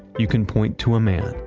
you can point to a man,